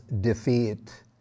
defeat